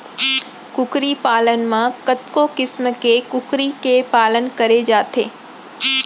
कुकरी पालन म कतको किसम के कुकरी के पालन करे जाथे